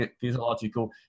physiological